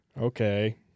okay